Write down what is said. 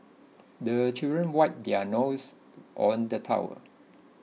the children wipe their noses on the towel